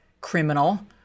criminal